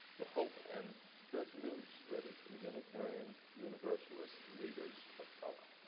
the hope and good news really from unitarian universalist leaders of color.